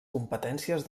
competències